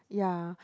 ya